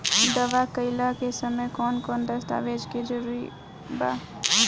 दावा कईला के समय कौन कौन दस्तावेज़ के जरूरत बा?